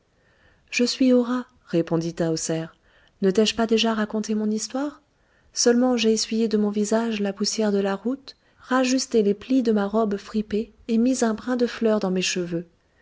je suis hora répondit tahoser ne t'ai-je pas déjà raconté mon histoire seulement j'ai essuyé de mon visage la poussière de la route rajusté les plis de ma robe fripée et mis un brin de fleur dans mes cheveux